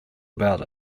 about